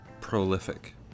prolific